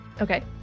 Okay